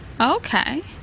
Okay